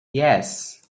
yes